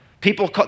People